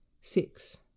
Six